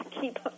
keep